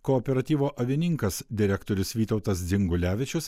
kooperatyvo avininkas direktorius vytautas dzingulevičius